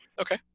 Okay